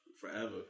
forever